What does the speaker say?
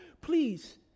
Please